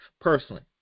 personally